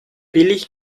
billig